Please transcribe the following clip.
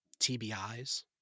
TBIs